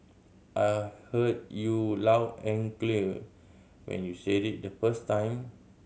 I heard you loud and clear when you said it the first time